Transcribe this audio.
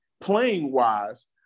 playing-wise